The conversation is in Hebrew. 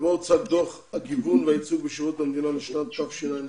הוצג דוח הגיוון והייצוג בשירות המדינה לשנת תשע"ח-תשע"ט.